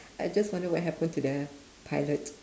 I just wonder what happen to the pilot